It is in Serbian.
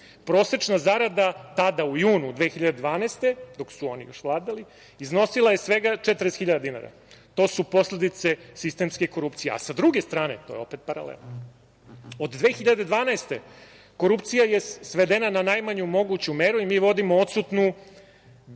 Prosečna zarada tada, u junu 2012. godine dok su oni još vladali, iznosila je svega 40.000 dinara. To su posledice sistemske korupcije. Sa druge strane, od 2012. godine korupcija je svedena na najmanju moguću meru i mi vodimo odsutnu bitku